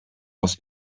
aus